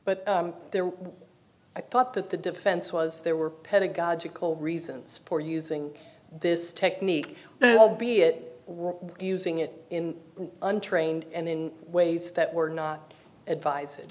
there i thought that the defense was there were pedagogical reasons for using this technique will be it using it in untrained and in ways that were not advise it